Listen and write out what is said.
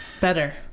better